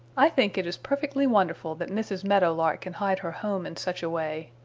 i think it is perfectly wonderful that mrs. meadow lark can hide her home in such a way.